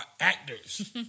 actors